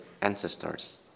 ancestors